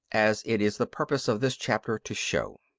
as it is the purpose of this chapter to show.